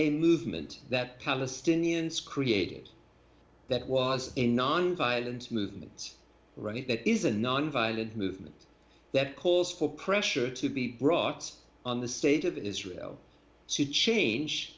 a movement that palestinians created that was in nonviolent movements right that is a nonviolent movement that cause for pressure to be brought on the state of israel to change